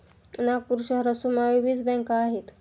नागपूर शहरात सुमारे वीस बँका आहेत